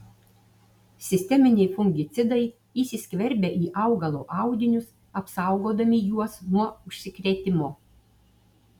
sisteminiai fungicidai įsiskverbia į augalo audinius apsaugodami juos nuo užsikrėtimo